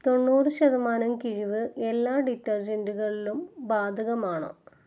തൊണ്ണൂറ് ശതമാനം കിഴിവ് എല്ലാ ഡിറ്റർജെന്റുകളിലും ബാധകമാണോ